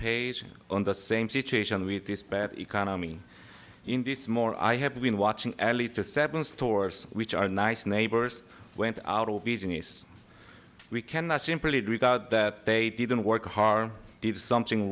page on the same situation with this bad economy in this more i have been watching ellie to seven stores which are nice neighbors went out of business we cannot simply agree that they didn't work hard did something